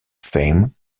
fame